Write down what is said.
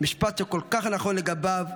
משפט שכל כך נכון לגביו.